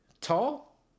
tall